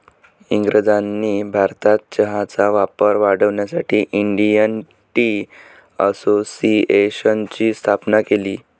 इंग्रजांनी भारतात चहाचा वापर वाढवण्यासाठी इंडियन टी असोसिएशनची स्थापना केली